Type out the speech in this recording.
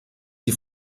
die